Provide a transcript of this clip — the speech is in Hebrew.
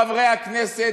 חברי הכנסת,